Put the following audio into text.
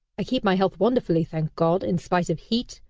i keep my health wonderfully, thank god! in spite of heat,